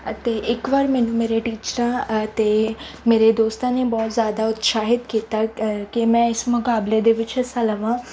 ਅਤੇ ਇੱਕ ਵਾਰ ਮੈਨੂੰ ਮੇਰੇ ਟੀਚਰਾਂ ਅਤੇ ਮੇਰੇ ਦੋਸਤਾਂ ਨੇ ਬਹੁਤ ਜ਼ਿਆਦਾ ਉਤਸ਼ਾਹਿਤ ਕੀਤਾ ਕਿ ਮੈਂ ਇਸ ਮੁਕਾਬਲੇ ਦੇ ਵਿੱਚ ਹਿੱਸਾ ਲਵਾਂ